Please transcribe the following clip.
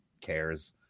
cares